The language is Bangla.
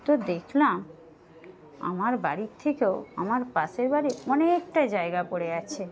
তো দেখলাম আমার বাড়ি থেকেও আমার পাশের বাড়ি অনেকটা জায়গা পড়ে আছে